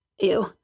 Ew